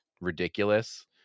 ridiculous